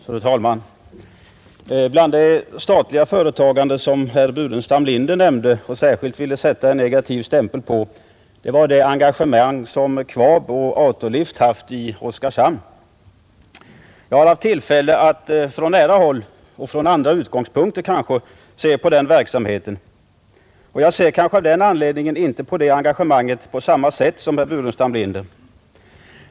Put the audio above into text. Fru talman! Bland det statliga företagande som herr Burenstam Linder nämnde och särskilt ville sätta negativ stämpel på var det engagemang som KVAB och Autolift har haft i Oskarshamn. Jag har haft tillfälle att från nära håll och från andra utgångspunkter se på den verksamheten. Jag ser av den anledningen kanske inte på det engagemanget på samma sätt som herr Burenstam Linder.